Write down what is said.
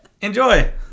Enjoy